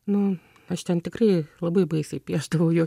nu aš ten tikrai labai baisiai piešdavau juo